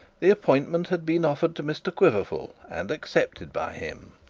the appointment had been offered to mr quiverful and accepted by him.